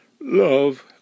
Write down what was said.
love